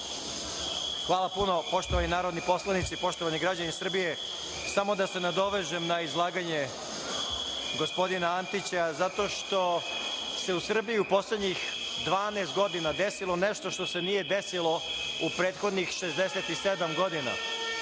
Hvala puno. Poštovani narodni poslanici, poštovani građani Srbije, samo da se nadovežem na izlaganje gospodina Antića, zato što se u Srbiji u poslednjih 12 godina desilo nešto što se nije desilo u prethodnih 67 godina. Naime,